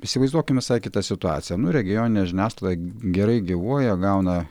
įsivaizduokim visai kitą situaciją nu regioninė žiniasklaida gerai gyvuoja gauna